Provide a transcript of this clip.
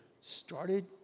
started